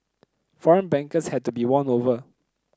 foreign bankers had to be won over